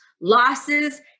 losses